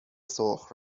سرخ